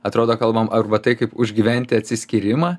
atrodo kalbam arba tai kaip užgyventi atsiskyrimą